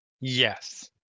Yes